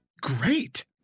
great